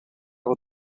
will